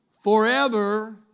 forever